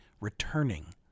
returning